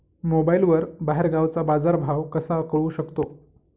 मोबाईलवर बाहेरगावचा बाजारभाव कसा कळू शकतो?